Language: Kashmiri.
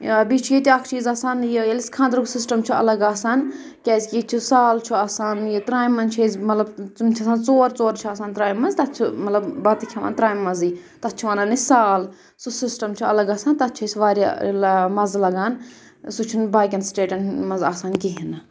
بیٚیہِ چھِ ییٚتہِ اَکھ چیٖز آسان یہِ ییٚلہِ اَسہِ خاندرُک سِسٹَم چھُ الگ آسان کیٛازِکہِ ییٚتہِ چھُ سال چھُ آسان یہِ ترٛامہِ منٛز چھِ أسۍ مطلب تِم چھِ آسان ژور ژور چھِ آسان ترٛامہِ منٛز تَتھ چھِ مطلب بَتہٕ کھٮ۪وان ترٛامہِ منٛزٕے تَتھ چھِ وَنان أسۍ سال سُہ سِسٹَم چھُ الگ آسان تَتھ چھِ أسۍ واریاہ مَزٕ لَگان سُہ چھُنہٕ باقٕیَن سٹیٹَن منٛز آسان کِہیٖنۍ نہٕ